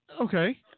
Okay